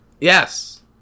Yes